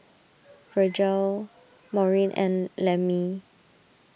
Virgle Maureen and Lemmie